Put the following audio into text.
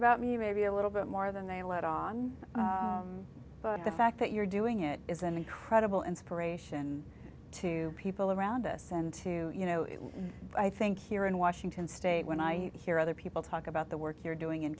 about me maybe a little bit more than they let on but the fact that you're doing it is an incredible inspiration to people around us and to you know i think here in washington state when i hear other people talk about the work you're doing in